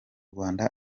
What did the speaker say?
rwanda